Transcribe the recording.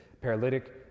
paralytic